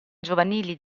giovanili